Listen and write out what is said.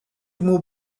move